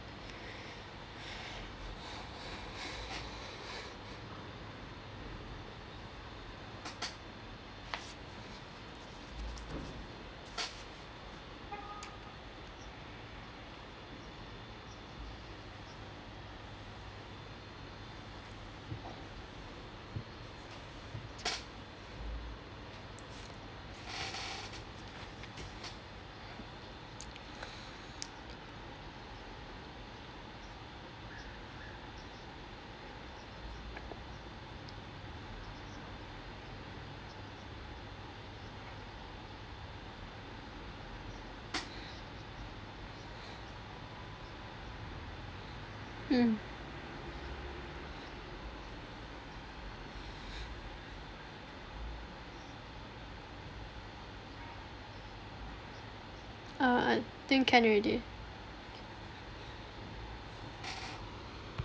mm err I think can already